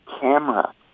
camera